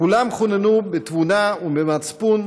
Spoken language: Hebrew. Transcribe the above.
כולם חוננו בתבונה ובמצפון,